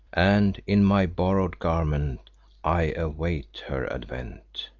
and in my borrowed garment i await her advent.